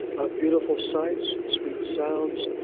beautiful sights, and sweet sounds,